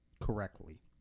correctly